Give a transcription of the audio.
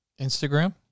Instagram